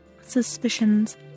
suspicions